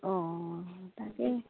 অঁ তাকেই